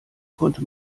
konnte